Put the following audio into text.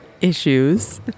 Issues